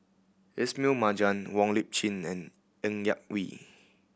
Ismail Marjan Wong Lip Chin and Ng Yak Whee